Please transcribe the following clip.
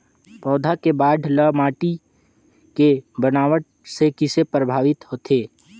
पौधा के बाढ़ ल माटी के बनावट से किसे प्रभावित होथे?